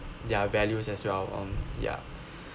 their values as well on ya